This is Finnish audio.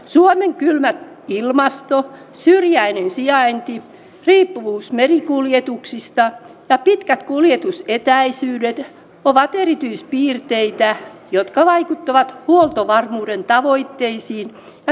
suomen kylmä ilmasto syrjäinen sijainti riippuvuus merikuljetuksista ja pitkät kuljetusetäisyydet ovat erityispiirteitä jotka vaikuttavat huoltovarmuuden tavoitteisiin ja keinovalikoimaan